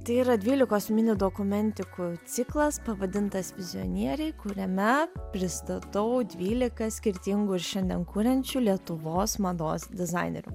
tai yra dvylikos mini dokumentikų ciklas pavadintas vizionieriai kuriame pristatau dvylika skirtingų ir šiandien kuriančių lietuvos mados dizainerių